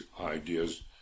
ideas